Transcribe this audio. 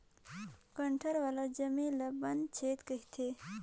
कठरा वाला जमीन ल बन छेत्र कहथें